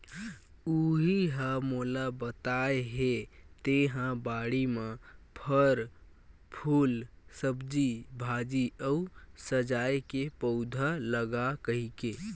उहीं ह मोला बताय हे तेंहा बाड़ी म फर, फूल, सब्जी भाजी अउ सजाय के पउधा लगा कहिके